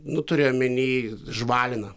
nu turiu omeny žvalina